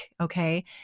Okay